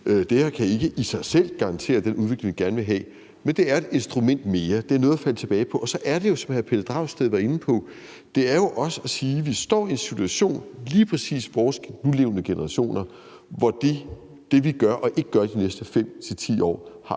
Det her kan ikke i sig selv garantere den udvikling, vi gerne vil have, men det er et instrument mere. Det er noget at falde tilbage på, og så er det jo, som hr. Pelle Dragsted var inde på, også at sige, at vi står i en situation, altså lige præcis vores nulevende generationer, hvor det, vi gør og ikke gør de næste 5-10 år, har